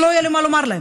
ולא היה לי מה לומר להם,